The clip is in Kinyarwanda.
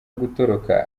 gutoroka